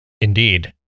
indeed